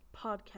podcast